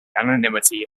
anonymity